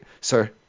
Sir